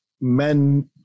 Men